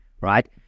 right